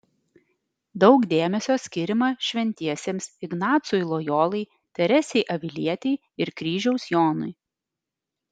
daug dėmesio skiriama šventiesiems ignacui lojolai teresei avilietei ir kryžiaus jonui